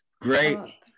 great